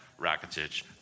Rakitic